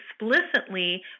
explicitly